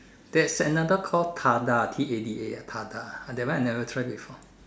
there's another Call TADA T A D A ah TADA ah that one I never try before